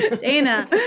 Dana